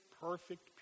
perfect